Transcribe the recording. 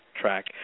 track